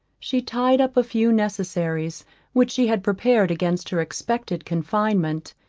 she tied up a few necessaries which she had prepared against her expected confinement,